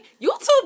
YouTube